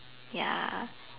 ya